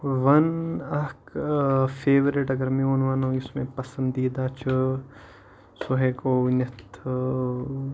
وَن اَکھ فیورِٹ اگر میون وَنُن یُس مےٚ پَسںٛدیٖدہ چھُ سُہ ہٮ۪کو ؤنِتھ